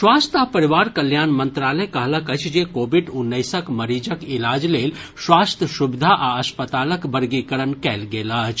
स्वास्थ्य आ परिवार कल्याण मंत्रालय कहलक अछि जे कोविड उन्नैसक मरीजक इलाज लेल स्वास्थ्य सुविधा आ अस्पतालक वर्गीकरण कयल गेल अछि